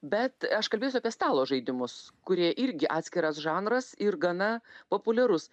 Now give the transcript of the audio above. bet aš kalbėsiu apie stalo žaidimus kurie irgi atskiras žanras ir gana populiarus